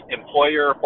employer